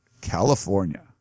California